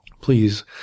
Please